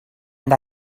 and